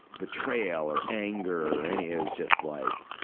betrayal or anger or any it was just, like,